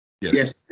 Yes